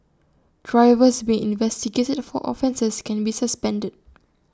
drivers being investigated for offences can be suspended